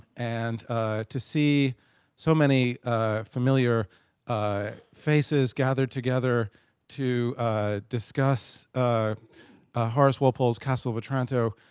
and to see so many ah familiar ah faces gathered together to discuss ah ah horace walpole's castle of otranto,